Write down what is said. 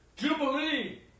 Jubilee